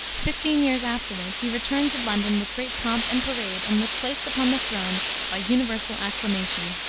fifteen years afterward he returned to london with great pomp and parade, and was placed upon the throne by universal acclamation.